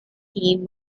scheme